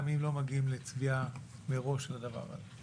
גם אם לא מגיעים לצביעה מראש לדבר הזה.